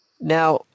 Now